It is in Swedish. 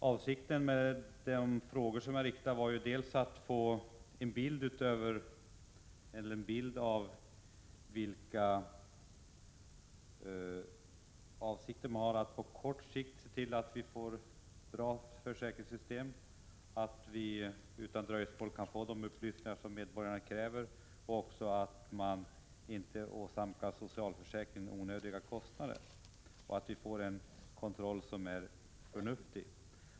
Avsikten med mina frågor var att få en bild av vilka avsikter regeringen har att på sikt se till att vi får ett bra försäkringssystem, att medborgarna utan dröjsmål kan få de upplysningar som de kräver, att socialförsäkringen inte åsamkas onödiga kostnader och att vi får en kontroll som är förnuftig.